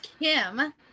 Kim